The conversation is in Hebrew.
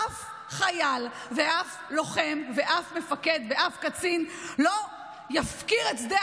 אף חייל ואף לוחם ואף מפקד ואף קצין לא יפקיר את שדה